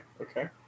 okay